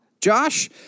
Josh